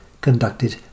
conducted